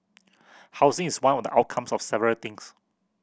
housing is one of the outcomes of several things